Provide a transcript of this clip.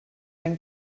and